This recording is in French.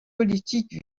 politique